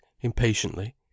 impatiently